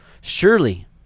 Surely